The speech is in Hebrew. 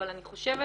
אבל אני חושבת